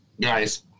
guys